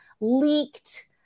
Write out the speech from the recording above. leaked